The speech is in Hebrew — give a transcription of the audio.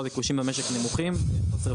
הביקושים במשק נמוכים ויש חוסר ודאות.